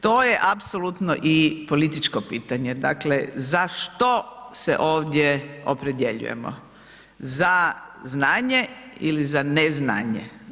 To je apsolutno i političko pitanje, dakle za što se ovdje opredjeljujemo, za znanje ili za ne znanje.